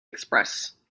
express